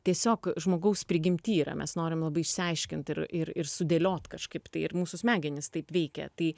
tiesiog žmogaus prigimty yra mes norime išsiaiškint ir ir sudėliot kažkaip tai ir mūsų smegenis taip veikia tai